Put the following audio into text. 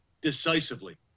decisively